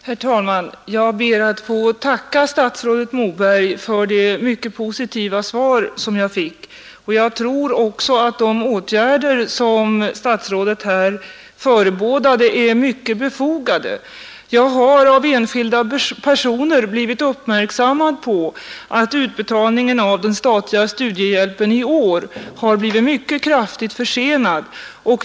Herr talman! Jag ber att få tacka statsrådet Moberg för det mycket positiva svar som jag fick. Jag tror att de åtgärder som statsrådet här förebådade är i hög grad befogade. Jag har av enskilda personer blivit uppmärksamgjord på att utbetalningen av den statliga studiehjälpen i år har blivit mycket kraftigt försenad.